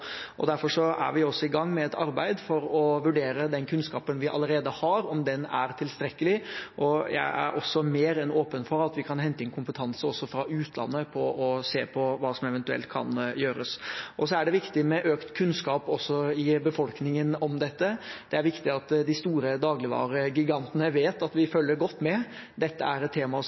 Derfor er vi også i gang med et arbeid for å vurdere om den kunnskapen vi allerede har, er tilstrekkelig. Jeg er også mer enn åpen for at vi kan hente inn kompetanse fra utlandet også for å se på hva som eventuelt kan gjøres. Det er viktig med økt kunnskap også i befolkningen om dette. Det er viktig at de store dagligvaregigantene vet at vi følger godt med. Dette er et